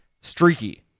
streaky